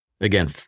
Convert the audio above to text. Again